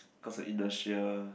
cause of inertia